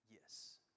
Yes